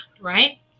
right